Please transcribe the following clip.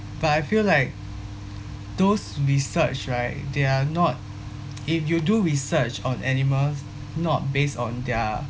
but I feel like those research right they're not if you do research on animals not based on their